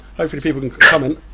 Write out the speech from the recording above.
hopefully people can comment.